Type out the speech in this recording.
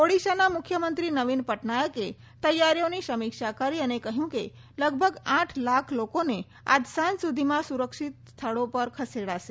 ઓડિશાના મુખ્યમંત્રી નવિન પટનાયકે તૈયારીઓની સમીક્ષા કરી અને કહ્યું કે લગભગ આઠ લાખ લોકોને આજ સાંજ સુધીમાં સુરક્ષિત સ્થળો પર ખસેડાશે